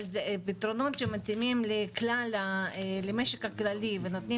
אבל אלה פתרונות שמתאימים למשק הכללי ונותנים